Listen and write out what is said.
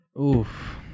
Oof